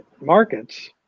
markets